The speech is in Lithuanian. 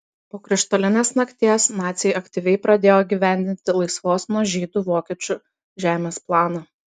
po krištolinės nakties naciai aktyviai pradėjo įgyvendinti laisvos nuo žydų vokiečių žemės planą